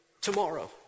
tomorrow